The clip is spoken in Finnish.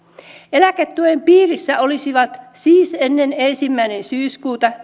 eläketuen piirissä olisivat siis ennen ensimmäinen syyskuuta